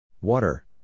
Water